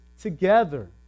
together